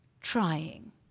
trying